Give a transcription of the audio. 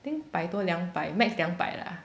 think 百多两百 max 两百 lah